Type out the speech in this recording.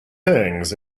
things